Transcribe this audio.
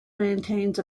maintains